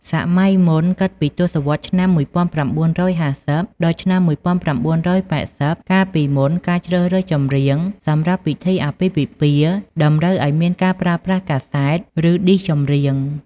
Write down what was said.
សម័យមុន គិតពី ទសវត្សរ៍ឆ្នាំ ១៩៥០ ដល់ឆ្នាំ ១៩៨០ កាលពីមុន ការជ្រើសរើសចម្រៀងសម្រាប់ពិធីអាពាហ៍ពិពាហ៍តម្រូវឱ្យមានការប្រើប្រាស់កាសែត ឬឌីសចម្រៀង ។